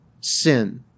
sin